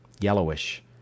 yellowish